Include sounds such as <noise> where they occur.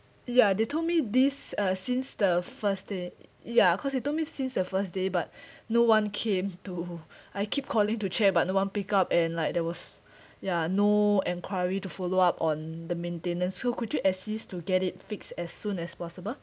ya they told me this uh since the first day ya cause they told me since the first day but <breath> no one came to <laughs> <breath> I keep calling to check but no one pick up and like there was <breath> ya no enquiry to follow up on the maintenance so could you assist to get it fixed as soon as possible